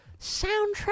Soundtrack